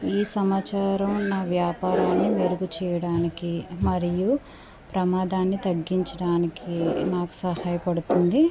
ఈ సమాచారం నా వ్యాపారాన్ని మెరుగు చేయడానికి మరియు ప్రమాదాన్ని తగ్గించడానికి నాకు సహాయపడుతుంది